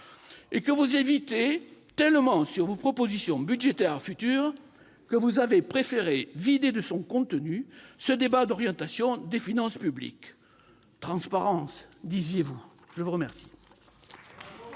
et que vous hésitez tellement sur vos propositions budgétaires futures que vous avez préféré vider de son contenu ce débat sur l'orientation des finances publiques. Transparence, disiez-vous ? Bravo ! La parole